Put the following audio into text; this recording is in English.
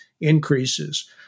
increases